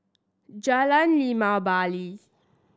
Jalan Limau Bali